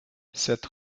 cette